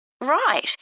Right